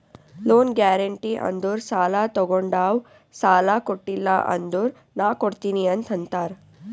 loan guarantee ಅಂದುರ್ ಸಾಲಾ ತೊಗೊಂಡಾವ್ ಸಾಲಾ ಕೊಟಿಲ್ಲ ಅಂದುರ್ ನಾ ಕೊಡ್ತೀನಿ ಅಂತ್ ಅಂತಾರ್